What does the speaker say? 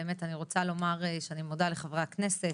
אני רוצה לומר שאני מודה לחברי הכנסת,